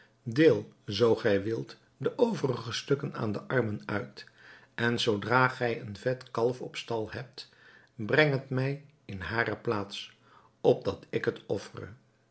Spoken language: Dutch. deel zoo gij wilt de overige stukken aan de armen uit en zoodra gij een vet kalf op stal hebt brengt het mij in hare plaats opdat ik het